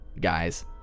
guys